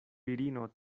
virino